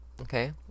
Okay